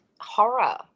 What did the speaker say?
horror